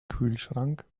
kühlschrank